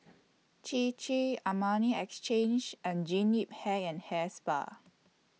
Chir Chir Armani Exchange and Jean Yip Hair and Hair Spa